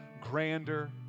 grander